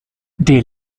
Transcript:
der